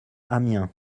amiens